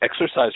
exercise